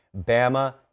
Bama